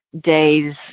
days